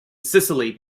sicily